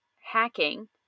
hacking